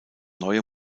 neue